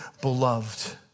beloved